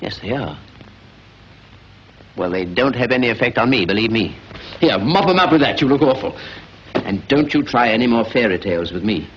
years yeah well they don't have any effect on me believe me yeah model number that you look awful and don't you try any more fairy tales with me